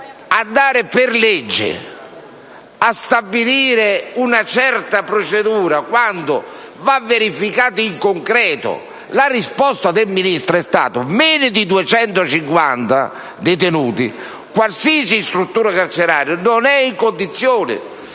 va per legge a stabilire una certa procedura, quando invece essa va verificata in concreto. La risposta del Ministro è stata che, con meno di 250 detenuti, qualsiasi struttura carceraria non è in condizione